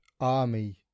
army